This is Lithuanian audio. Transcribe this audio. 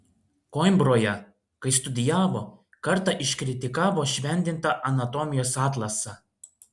koimbroje kai studijavo kartą iškritikavo šventintą anatomijos atlasą